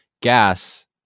gas